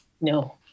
No